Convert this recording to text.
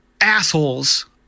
assholes